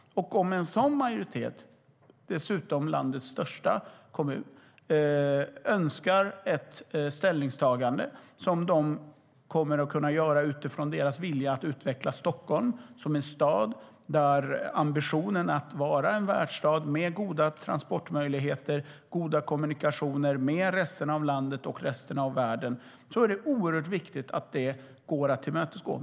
Om en sådan majoritet, dessutom i landets största kommun, önskar ett ställningstagande som de kommer att kunna göra utifrån deras vilja att utveckla Stockholm - ambitionen är att vara en världsstad med goda transportmöjligheter och goda kommunikationer med resten av landet och resten av världen - är det oerhört viktigt att det går att tillmötesgå.